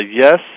yes